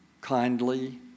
kindly